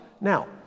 Now